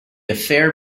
affair